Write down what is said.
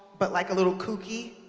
but like a little kooky.